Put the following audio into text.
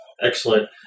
Excellent